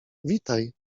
witaj